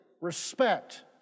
respect